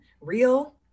real